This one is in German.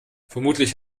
vermutlich